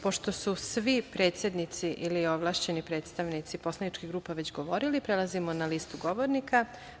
Pošto su svi predsednici ili ovlašćeni predstavnici poslaničkih grupa već govorili, prelazimo na listu govornika.